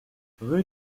rue